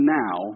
now